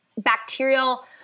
Bacterial